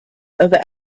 other